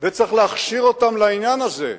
וצריך להכשיר אותם לעניין הזה.